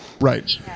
right